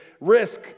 Risk